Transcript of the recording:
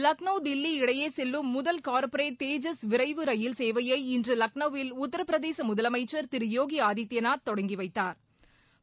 லக்னோ தில்லி இடையே செல்லும் முதல் கார்ப்பரேட் தேஜஸ் விரைவு ரயில் சேவைய இன்று லக்னோவில் உத்திரபிரதேச முதலமைச்சர் யோகி ஆதித்பநாத் தொடங்கி வைத்தாா்